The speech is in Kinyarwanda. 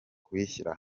kuyishyira